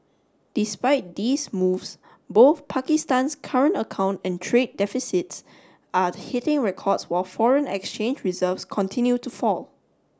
despite these moves both Pakistan's current account and trade deficits are hitting records while foreign exchange reserves continue to fall